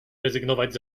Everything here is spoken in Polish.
rezygnować